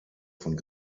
von